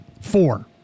Four